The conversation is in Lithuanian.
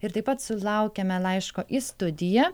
ir taip pat sulaukiamė laiško į studiją